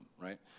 right